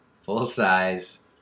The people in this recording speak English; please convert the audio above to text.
Full-size